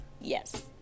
Yes